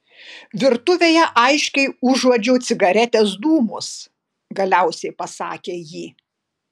virtuvėje aiškiai užuodžiau cigaretės dūmus galiausiai pasakė ji